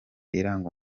iranga